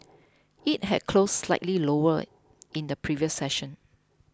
it had closed slightly lower in the previous session